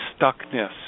stuckness